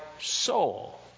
soul